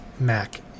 mac